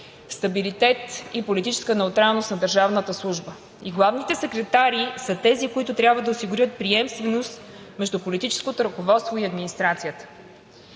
стабилитет и политическа неутралност на държавната служба, и главните секретари са тези, които трябва да осигурят приемственост между политическото ръководство и администрацията.